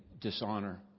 dishonor